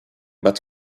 but